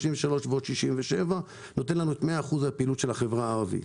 33% ועוד 67% נותן לנו את 100% הפעילות של החברה הערבית.